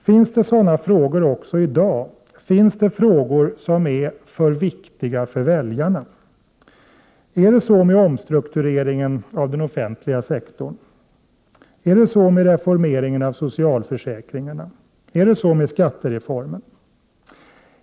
Finns det sådana frågor också i dag? Finns det frågor som är för viktiga för väljarna? Är det så med omstruktureringen av den offentliga sektorn? Är det så med reformeringen av socialförsäkringarna? Är det så med skattereformen?